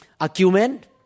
argument